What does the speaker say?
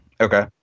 Okay